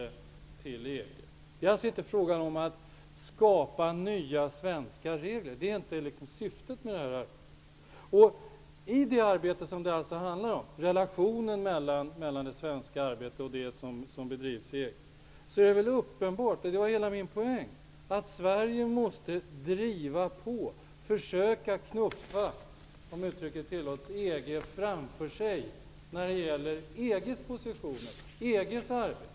Det är inte fråga om att skapa nya svenska regler. I relationen mellan det svenska arbetet och det som bedrivs i EG är det uppenbart -- det är min poäng -- att Sverige måste driva på och försöka ''knuffa EG framför sig'' när det gäller EG:s postioner och EG:s arbete.